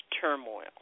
turmoil